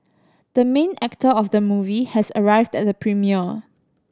the main actor of the movie has arrived at the premiere